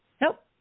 Nope